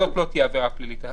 זאת לא תהיה עבירה פלילית.